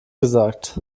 gesagt